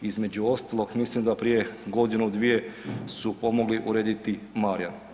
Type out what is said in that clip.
Između ostalog mislim da prije godinu dvije su pomogli urediti Marijan.